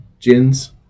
gins